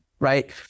right